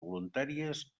voluntàries